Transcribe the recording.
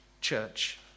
church